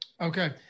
Okay